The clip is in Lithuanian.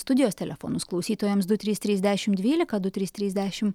studijos telefonus klausytojams du trys trys dešimt dvylika du trys trys dešimt